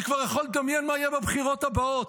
אני כבר יכול לדמיין מה יהיה בבחירות הבאות,